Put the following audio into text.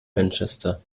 manchester